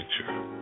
picture